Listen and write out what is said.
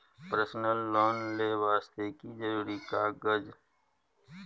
Personal loan ले वास्ते की जरुरी कागज?